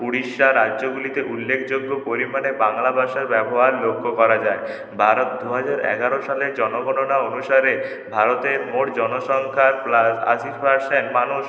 উড়িষ্যার রাজ্যগুলিতে উল্লেখযোগ্য পরিমাণে বাংলা ভাষার ব্যবহার লক্ষ্য করা যায় ভারত দু হাজার এগারো সালে জনগণনা অনুসারে ভারতের মোট জনসংখ্যা প্লাস আশি পারসেন্ট মানুষ